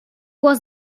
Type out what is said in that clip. was